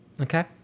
Okay